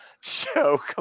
show